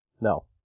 No